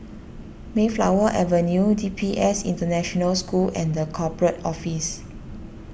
Mayflower Avenue D P S International School and the Corporate Office